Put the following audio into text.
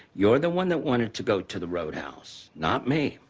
you're the one that wanted to go to the roadhouse, not me.